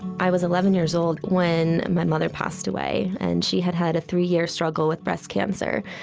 i was eleven years old when my mother passed away, and she had had a three-year struggle with breast cancer.